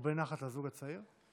הרבה נחת לזוג הצעיר.